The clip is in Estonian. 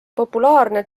populaarne